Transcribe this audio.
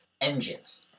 engines